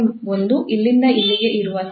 ಒಂದು ಇಲ್ಲಿಂದ ಇಲ್ಲಿಗೆ ಇರುವ ಸ್ಥಾನ